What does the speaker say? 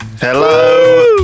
Hello